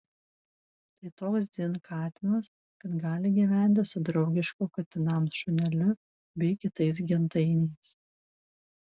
tai toks dzin katinas kad gali gyventi su draugišku katinams šuneliu bei kitais gentainiais